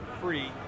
free